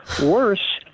Worse